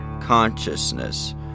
consciousness